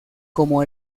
como